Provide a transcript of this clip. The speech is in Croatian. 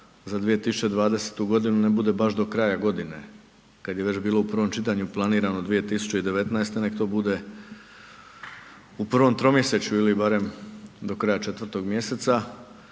za 2020.g. ne bude baš do kraja godine kad je već bilo u prvom čitanju planirano 2019. nek to bude u prvom tromjesečju ili barem do kraja 4. mjeseca,